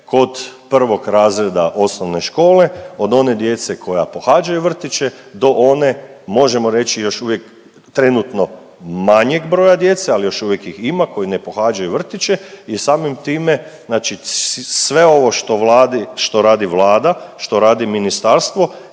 kod 1. razreda osnovne škole od one djece koja pohađaju vrtiće do one možemo reći još uvijek, trenutno manjeg broja djece, ali još uvijek ih ima koji ne pohađaju vrtiće je samim time znači sve ovo što radi Vlada, što radi ministarstvo